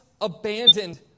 abandoned